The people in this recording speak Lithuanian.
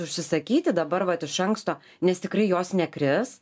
užsisakyti dabar vat iš anksto nes tikrai jos nekris